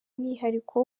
umwihariko